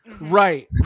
right